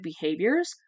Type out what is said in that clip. behaviors